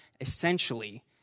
essentially